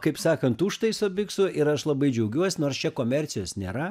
kaip sakant užtaiso biksų ir aš labai džiaugiuos nors čia komercijos nėra